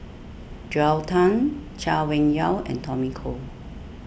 Joel Tan Chay Weng Yew and Tommy Koh